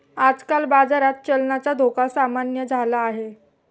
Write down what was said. आजकाल बाजारात चलनाचा धोका सामान्य झाला आहे